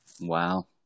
Wow